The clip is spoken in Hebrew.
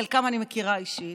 חלקם אני מכירה אישית,